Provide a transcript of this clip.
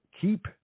keep